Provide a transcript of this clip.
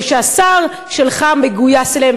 ושהשר שלך מגויס אליהן,